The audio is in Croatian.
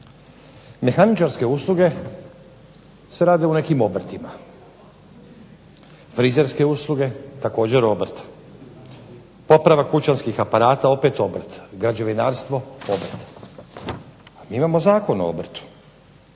Mehaničarske usluge se rade u nekim obrtima, frizerske usluge također obrt, popravak kućanskih aparata, obrt, građevinarstvo opet obrt, mi imamo Zakon o obrtu,